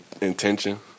intention